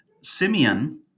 Simeon